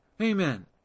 Amen